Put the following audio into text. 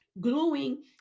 gluing